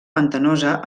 pantanosa